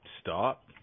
stop